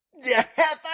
Yes